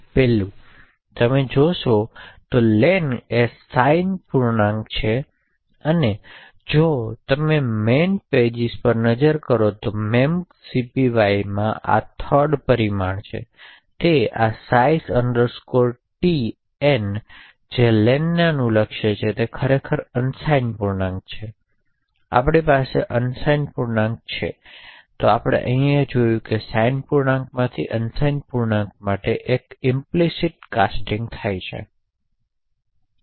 1લી તમે જોશો તો len એ સાઇન પૂર્ણાંક તરીકે વ્યાખ્યાયિત કરવામાં આવી છે અને જો તમે મેન પેજિસ પર નજર કરો તો memcpy માં આ 3rd પરિમાણ છે તે આ size t n જે lenને અનુલક્ષે છે તે ખરેખર અનસાઇન પૂર્ણાંકો તરીકે વ્યાખ્યાયિત થયેલ છે તેથી આપણી પાસે અનસાઇન પૂર્ણાંકો છે તેથી આપણે અહીં જે જોયું તે એ છે કે સાઇન પૂર્ણાંકમાંથી અનસાઇન પૂર્ણાંકો માટે એક ઇમ્પલિસીટ પ્રકારનો કાસ્ટિંગ થાય છે